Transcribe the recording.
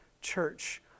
church